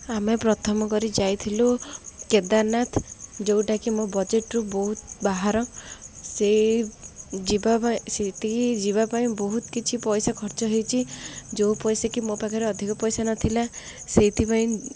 ଆମେ ପ୍ରଥମ କରି ଯାଇଥିଲୁ କେଦାରନାଥ ଯୋଉଟାକି ମୋ ବଜେଟରୁୁ ବହୁତ ବାହାର ସେ ଯିବା ପାଇଁ ସେଠିକି ଯିବା ପାଇଁ ବହୁତ କିଛି ପଇସା ଖର୍ଚ୍ଚ ହୋଇଛି ଯୋଉ ପଇସା କି ମୋ ପାଖରେ ଅଧିକ ପଇସା ନଥିଲା ସେଇଥିପାଇଁ